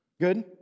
Good